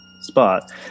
spot